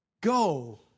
go